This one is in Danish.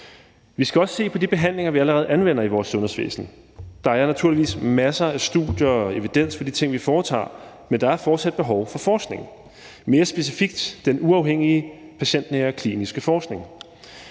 Vi skal også se på de behandlinger, vi allerede anvender i vores sundhedsvæsen. Der er naturligvis masser af studier af og evidens for de ting, vi gør, men der er fortsat behov for forskning, mere specifikt den uafhængige patientnære kliniske forskning.